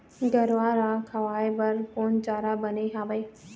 गरवा रा खवाए बर कोन चारा बने हावे?